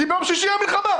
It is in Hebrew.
כי ביום שישי הייתה מלחמה.